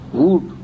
wood